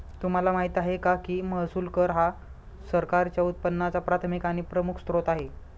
तुम्हाला माहिती आहे का की महसूल कर हा सरकारच्या उत्पन्नाचा प्राथमिक आणि प्रमुख स्त्रोत आहे